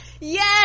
Yes